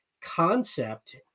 concept